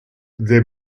their